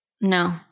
No